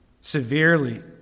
severely